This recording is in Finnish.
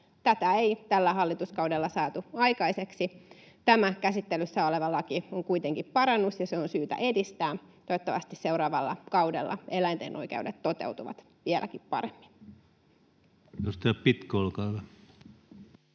Tätä ei tällä hallituskaudella saatu aikaiseksi. Tämä käsittelyssä oleva laki on kuitenkin parannus, ja sitä on syytä edistää. Toivottavasti seuraavalla kaudella eläinten oikeudet toteutuvat vieläkin paremmin. Edustaja Pitko, olkaa hyvä.